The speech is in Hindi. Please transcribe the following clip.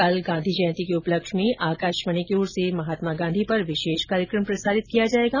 कल गांधी जयन्ती के उपलक्ष्य में आकाशवाणी की ओर से महात्मा गांधी पर विशेष कार्यक्रम प्रसारित किया जाएगा